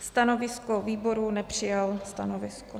Stanovisko výboru nepřijal stanovisko.